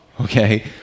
okay